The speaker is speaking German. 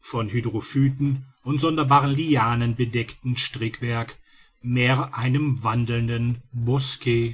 von hydrophyten und sonderbaren lianen bedeckten strickwerk mehr einem wandelnden